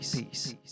Peace